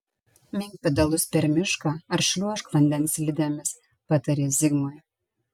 mink pedalus per mišką ar šliuožk vandens slidėmis patarė zigmui